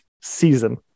season